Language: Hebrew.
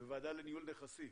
והוועדה לניהול נכסים.